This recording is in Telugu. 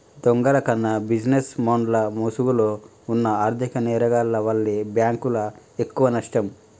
దొంగల కన్నా బిజినెస్ మెన్ల ముసుగులో వున్న ఆర్ధిక నేరగాల్ల వల్లే బ్యేంకులకు ఎక్కువనష్టం